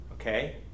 Okay